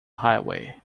highway